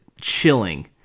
chilling